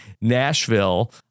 Nashville